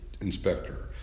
inspector